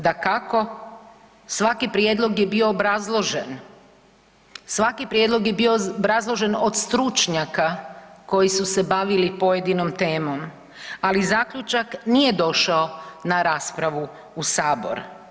Dakako, svaki prijedlog je bio obrazložen, svaki prijedlog je bio obrazložen od stručnjaka koji su se bavili pojedinom temom, ali zaključak nije došao na raspravu u sabor.